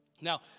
Now